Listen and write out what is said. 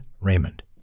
Raymond